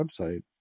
website